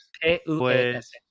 P-U-E-S